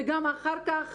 וגם אחר כך,